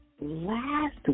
last